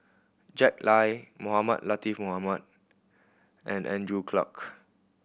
Jack Lai Mohamed Latiff Mohamed and Andrew Clarke